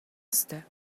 ёстой